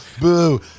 boo